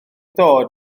dod